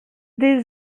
des